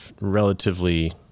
relatively